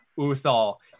Uthal